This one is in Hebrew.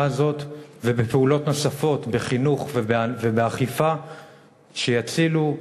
הזאת ובפעולות נוספות בחינוך ובאכיפה שיצילו,